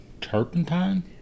Turpentine